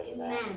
Amen